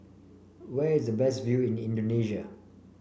where is the best view in Indonesia